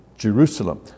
Jerusalem